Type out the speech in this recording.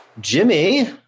Jimmy